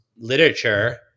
literature